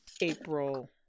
April